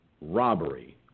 robbery